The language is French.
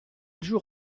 jour